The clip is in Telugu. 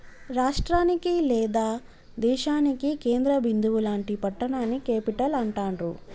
రాష్టానికి లేదా దేశానికి కేంద్ర బిందువు లాంటి పట్టణాన్ని క్యేపిటల్ అంటాండ్రు